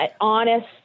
honest